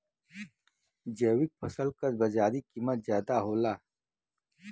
जैविक फसल क बाजारी कीमत ज्यादा होला